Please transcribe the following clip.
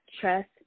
trust